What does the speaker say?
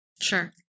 sure